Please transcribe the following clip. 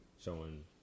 showing